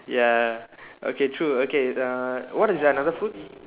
ya okay true okay uh what is another food